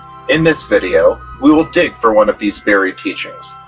in this video, we will dig for one of these buried teachings,